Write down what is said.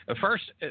First